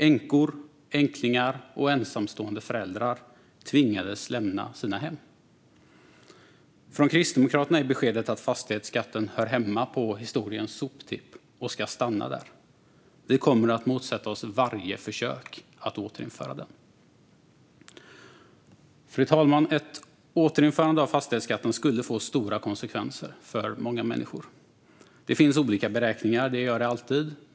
Änkor, änklingar och ensamstående föräldrar tvingades lämna sina hem. Från Kristdemokraterna är beskedet att fastighetsskatten hör hemma på historiens soptipp och ska stanna där. Vi kommer att motsätta oss varje försök att återinföra den. Fru talman! Ett återinförande av fastighetsskatten skulle få stora konsekvenser för många människor. Det finns olika beräkningar - det gör det alltid.